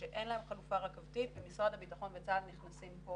שאין להם חלופה רכבתית ומשרד הבטחון וצה"ל נכנסים פה